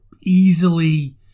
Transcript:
easily